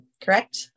Correct